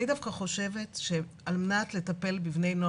אני דווקא חושבת שעל מנת לטפל בבני נוער